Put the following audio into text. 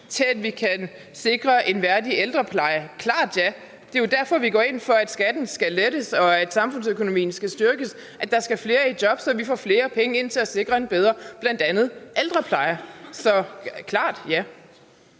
til at vi kan sikre en værdig ældrepleje, er det et klart ja. Det er jo derfor, at vi går ind for, at skatten skal lettes og samfundsøkonomien styrkes, og at der skal flere i job, så vi får flere penge ind til at sikre bl.a. en bedre ældrepleje. Så klart et